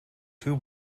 two